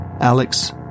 Alex